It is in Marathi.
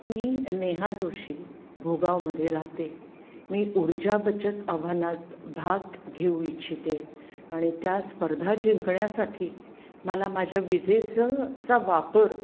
मी नेहा जोशी भूगावमध्ये राहते मी ऊर्जा बचत आव्हानात भाग घेऊ इच्छिते आणि त्या स्पर्धा जिंकण्यासाठी मला माझ्या विजेचं चा वापर